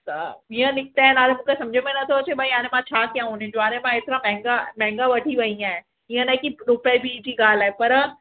त हीअं निकिता आहिनि मुंखे न थो अचे भई हाणे मां छा कयां उन्हनि जो हाणे मां हेतिरा महंगा महंगा वठी वई आयां इअं न कि रुपए ॿीं जी ॻाल्हि आहे पर